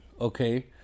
okay